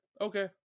Okay